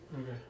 Okay